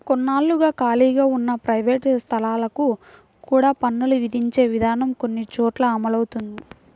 కొన్నాళ్లుగా ఖాళీగా ఉన్న ప్రైవేట్ స్థలాలకు కూడా పన్నులు విధించే విధానం కొన్ని చోట్ల అమలవుతోంది